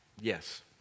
Yes